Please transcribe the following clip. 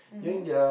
mmhmm